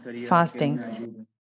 fasting